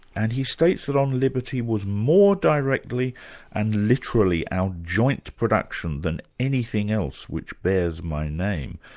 and he states that on liberty was more directly and literally our joint production than anything else which bears my name.